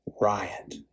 riot